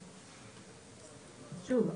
שוב,